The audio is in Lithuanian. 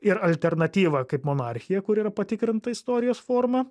ir alternatyvą kaip monarchiją kuri yra patikrinta istorijos forma